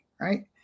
Right